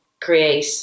create